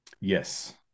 Yes